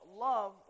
love